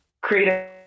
create